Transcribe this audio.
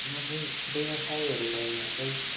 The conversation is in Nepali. म चाहिँ व्यवसायहरू भन्दा चाहिँ